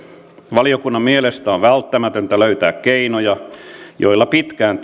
valiokunnan mielestä on välttämätöntä löytää keinoja joilla pitkään